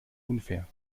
unfair